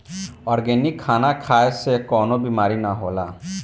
organic खाना खाए से कवनो बीमारी ना होला